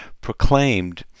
proclaimed